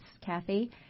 Kathy